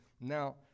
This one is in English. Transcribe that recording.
now